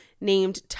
named